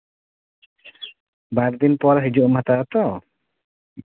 ᱵᱟᱨ ᱫᱤᱱ ᱯᱚᱨ ᱦᱤᱡᱩᱜ ᱮᱢ ᱦᱟᱛᱟᱣᱟ ᱛᱚ